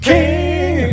King